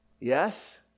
Yes